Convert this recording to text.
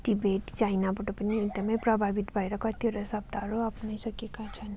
तिब्बत चाइनाबट पनि एकदमै प्रभावित भएर कतिवटा शब्दहरू अप्नाइसकेका छन